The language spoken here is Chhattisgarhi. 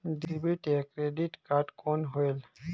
डेबिट या क्रेडिट कारड कौन होएल?